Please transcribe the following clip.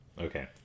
Okay